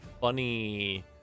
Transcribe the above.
funny